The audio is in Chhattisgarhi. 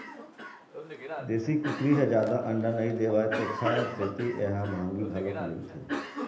देशी कुकरी ह जादा अंडा नइ देवय तेखर सेती ए ह मंहगी घलोक मिलथे